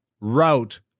route